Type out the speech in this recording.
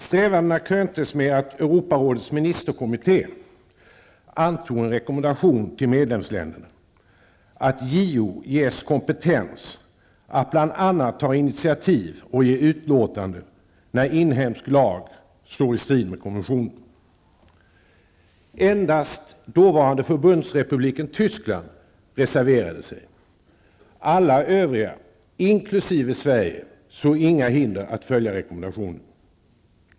Strävandena kröntes med att Europarådets ministerkommitté antog en rekommendation till medlemsländerna att JO ges kompetens att bl.a. ta initiativ och ge utlåtande när inhemsk lag står i strid med konventionen. Endast dåvarande förbundsrepubliken Tyskland reserverade sig. Alla övriga, inkl. Sverige, såg inga hinder att följa rekommendationen.